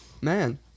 Man